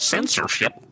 Censorship